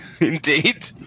indeed